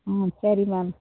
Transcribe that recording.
ம் சரி மேம்